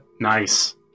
nice